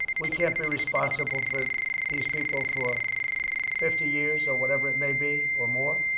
we can't be responsible for these people for fifty years or whatever it may be, or more.